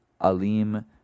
Alim